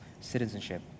citizenship